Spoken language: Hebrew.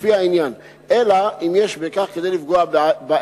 לפי העניין, אלא אם כן יש בכך כדי לפגוע בעד.